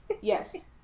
Yes